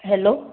hello